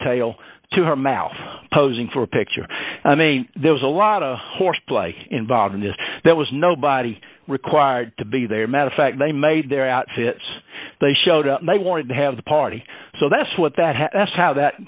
tail to her mouth posing for a picture i mean there was a lot of horseplay involved in this there was nobody required to be there mehta fact they made their outfits they showed up and they wanted to have the party so that's what that has how that